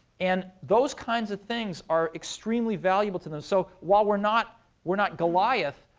and those kinds of things are extremely valuable to them. so while we're not we're not goliath,